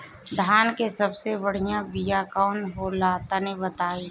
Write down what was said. धान के सबसे बढ़िया बिया कौन हो ला तनि बाताई?